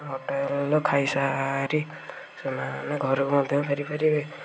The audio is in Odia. ହୋଟେଲରେ ଖାଇସାରି ସେମାନେ ଘରୁକୁ ମଧ୍ୟ ଫେରି ପାରିବେ